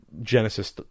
Genesis